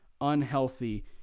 unhealthy